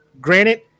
granted